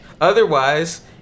Otherwise